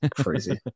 crazy